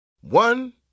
One